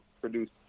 produce